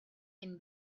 can